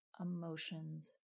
emotions